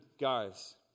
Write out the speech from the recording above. guys